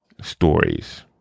stories